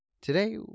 Today